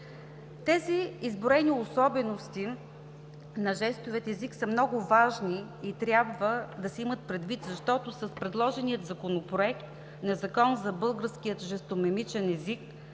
Тези изброени особености на жестовия език са много важни и трябва да се имат предвид, защото с предложения Законопорект за българския жестомимичен език